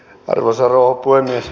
arvoisa rouva puhemies